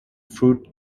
fruit